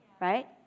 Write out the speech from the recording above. right